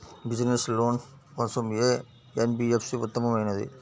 Business loan కోసం ఏ NBFC ఉత్తమమైనది?